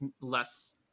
less